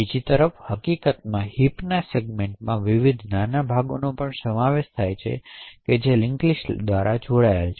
બીજી તરફ હકીકતમાં હિપનાં સેગમેન્ટમાં વિવિધ નાના ભાગોનો સમાવેશ થાય છે જે લિંક લિસ્ટ દ્વારા જોડાયેલ છે